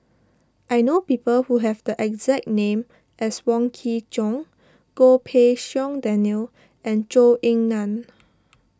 I know people who have the exact name as Wong Kin Jong Goh Pei Siong Daniel and Zhou Ying Nan